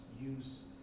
use